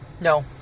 No